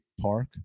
Park